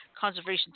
Conservation